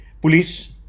police